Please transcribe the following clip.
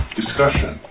discussion